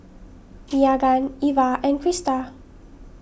Meagan Iva and Crista